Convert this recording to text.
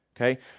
okay